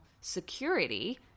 security